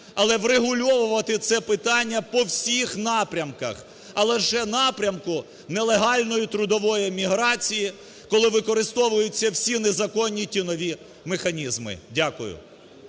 але врегульовувати це питання по всіх напрямках, а лише напрямку нелегальної трудової міграції, коли використовуються всі незаконні тіньові механізми. Дякую.